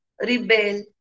rebel